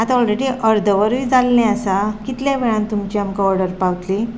आतां ऑलरेडी अर्द वरूय जाल्लें आसा कितल्या वेळान तुमचें आमकां ऑर्डर पावतली